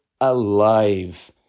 alive